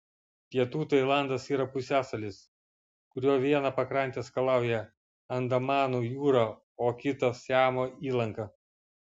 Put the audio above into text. pietų tailandas yra pusiasalis kurio vieną pakrantę skalauja andamanų jūra o kitą siamo įlanka